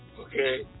okay